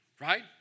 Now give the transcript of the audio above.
right